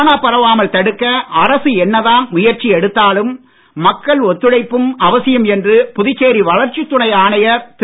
corona பரவாமல் தடுக்க அரசு என்னதான் முயற்சி எடுத்தாலும் மக்கள் ஒத்துழைப்பும் அவசியம் என்று புதுச்சேரி வளர்ச்சித் துறை ஆணையர் திரு